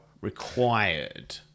required